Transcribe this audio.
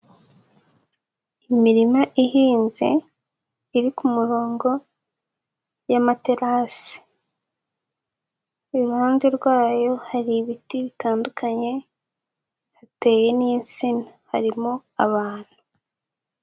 Imirima ihinze, iri ku murongo y'amaterasi, iruhande rwayo hari ibiti bitandukanye, hateye n'insina, harimo abantu.